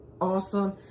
awesome